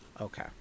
okay